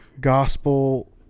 gospel